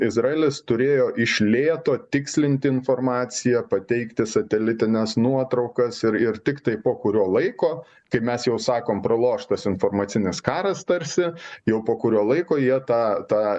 izraelis turėjo iš lėto tikslinti informaciją pateikti satelitines nuotraukas ir ir tiktai po kurio laiko kai mes jau sakom praloštas informacinis karas tarsi jau po kurio laiko jie tą tą